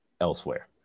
elsewhere